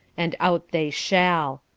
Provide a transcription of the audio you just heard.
and out they shall.